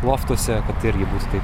loftuose kad irgi bus taip